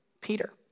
Peter